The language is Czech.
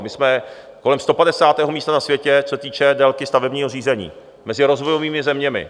My jsme kolem stopadesátého místa na světě, co se týče délky stavebního řízení, mezi rozvojovými zeměmi.